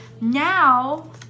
Now